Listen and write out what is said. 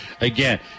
again